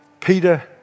Peter